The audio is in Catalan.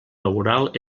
laboral